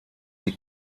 die